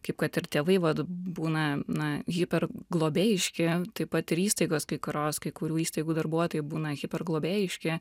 kaip kad ir tėvai vat būna na hiper globėjiški taip pat ir įstaigos kai kurios kai kurių įstaigų darbuotojai būna hiper globėjiški